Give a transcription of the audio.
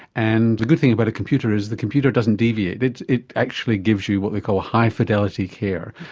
and the good thing about a computer is the computer doesn't deviate, it it actually gives you what they call high fidelity care,